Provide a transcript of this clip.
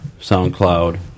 SoundCloud